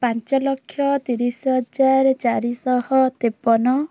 ପାଞ୍ଚଲକ୍ଷ ତିରିଶହଜାର ଚାରିଶହ ତେପନ